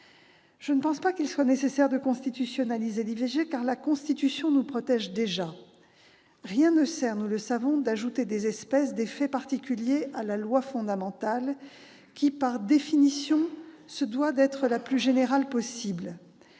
Je ne pense pas qu'il soit nécessaire de constitutionnaliser l'IVG, car la Constitution nous protège déjà. Rien ne sert, nous le savons, d'ajouter des espèces, des faits particuliers à la loi fondamentale, qui, par définition, se doit d'être la plus générale possible.